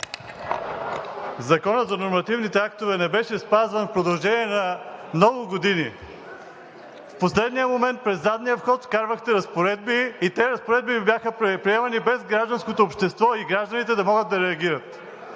Законът за нормативните актове не беше спазван в продължение на много години. В последния момент, през задния вход, вкарвахте разпоредби и тези разпоредби бяха приемани без гражданското общество и гражданите да могат да реагират.